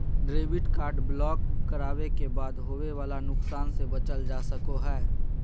debit card block करावे के बाद होवे वाला नुकसान से बचल जा सको हय